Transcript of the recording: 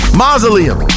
mausoleum